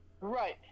Right